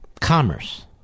commerce